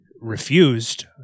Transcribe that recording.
refused